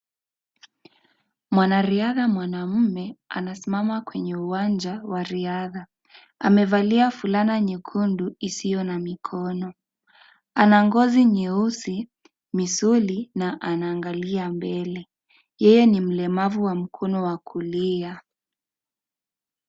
Mwanariadha mwanamume anasimama kwenye uwanja wa riadha amevalia fulana nyekundu isiyo na mikono ana ngozi nyeusi misuli na anaangalia mbele yeye ni mlemavu wa mkono wa kulia.